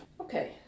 Okay